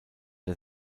der